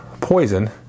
poison